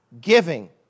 giving